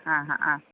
ആ ആ